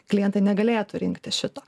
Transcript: klientai negalėtų rinktis šito